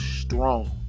strong